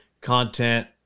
content